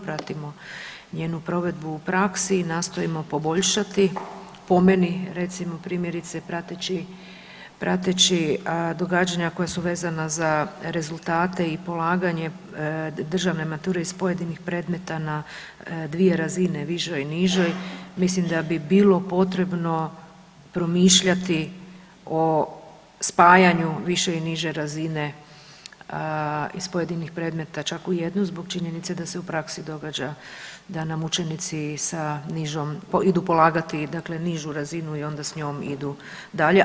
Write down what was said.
Pratimo njenu provedbu u praksi i nastojimo poboljšati po meni recimo primjerice prateći, prateći događanja koja su vezana za rezultate i polaganje državne mature iz pojedinih predmeta na dvije razine, višoj i nižoj, mislim da bi bilo potrebno promišljati o spajanju više i niže razine iz pojedinih predmeta čak u jednu zbog činjenice da se u praksi događa da nam učenici sa nižom idu polagati dakle nižu razinu i onda s njom idu dalje.